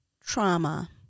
trauma